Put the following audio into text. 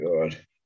God